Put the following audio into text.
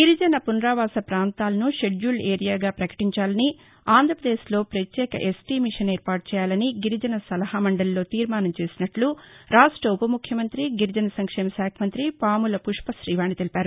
గిరిజన పునరావాస పాంతాలను షెడ్యూల్డ్ ఏరియగా పకటించాలని ఆంధ్రాపదేశ్ లో పత్యేక ఎస్టీ కమిషన్ ఏర్పాటు చేయాలని గిరిజన సలహా మండలిలో తీర్మానం చేసినట్లు రాష్ట ఉప ముఖ్యమంతి గిరిజన సంక్షేమ శాఖ మంతి పాముల పుష్ప శ్రీవాణి తెలిపారు